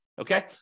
okay